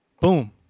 Boom